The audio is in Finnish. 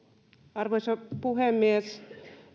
arvoisa puhemies